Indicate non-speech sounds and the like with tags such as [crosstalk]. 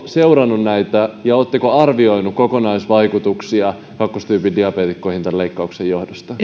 seuranneet näitä ja oletteko arvioineet kokonaisvaikutuksia kakkostyypin diabeetikkoihin tämän leikkauksen johdosta [unintelligible]